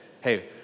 hey